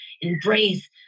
embrace